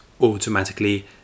automatically